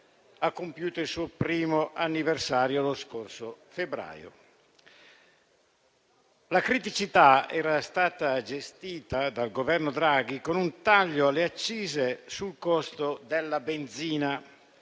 La criticità era stata gestita dal Governo Draghi con un taglio alle accise sul costo della benzina,